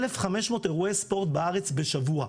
1,500 אירועי ספורט בארץ בשבוע,